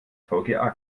vga